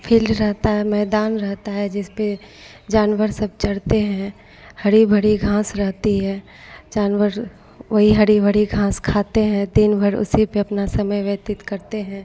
field रहता है मैदान रहता है जिस पर जानवर सब चरते हैं हरी भारी घाँस जानवर वही हरी भरी घाँस खाते हैं दिन भर उसी पर अपना समय व्यतीत करते हैं